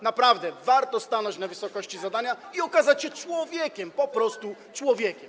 Naprawdę warto stanąć na wysokości zadania i okazać się człowiekiem, po prostu człowiekiem.